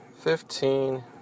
fifteen